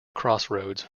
crossroads